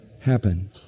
happen